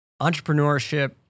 entrepreneurship